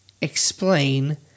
explain